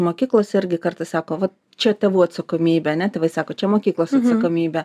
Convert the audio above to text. mokyklos irgi kartais sako va čia tėvų atsakomybė ane tėvai sako čia mokyklos atsakomybė